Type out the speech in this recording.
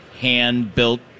hand-built